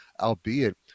albeit